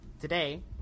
Today